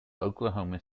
oklahoma